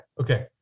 Okay